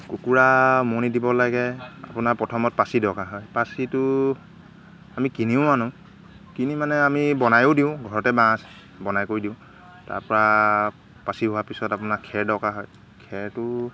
কুকুৰা উমনি দিব লাগে আপোনাৰ প্ৰথমত পাচি দৰকাৰ হয় পাচিটো আমি কিনিও আনোঁ কিনি মানে আমি বনাইয়ো দিওঁ ঘৰতে বাঁহ আছে বনাই কৰি দিওঁ তাৰপৰা পাচি হোৱা পিছত আপোনাৰ খেৰ দৰকাৰ হয় খেৰটো